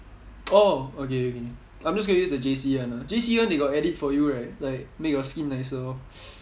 oh okay okay I'm just going to use the J_C one ah J_C one they got edit for you right like make your skin nicer all